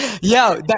Yo